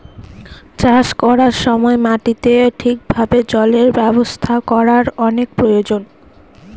চাষ করার সময় মাটিতে ঠিক ভাবে জলের ব্যবস্থা করার অনেক প্রয়োজন